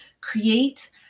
create